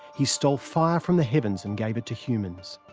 he stole fire from the heavens and gave it to humans.